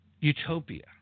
utopia